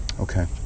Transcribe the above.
Okay